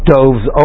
Dove's